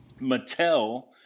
Mattel